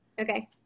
Okay